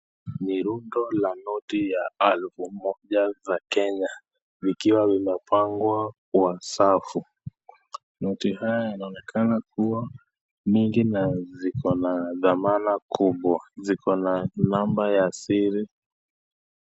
Ni rundo la noti ya elfu moja ya kenya vikiwa vimepangwa kwa safu. Noti haya yanaonekana kuwa mingi na ziko na thamana kubwa ziko na namba ya siri.